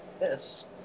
Yes